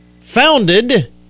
founded